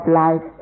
life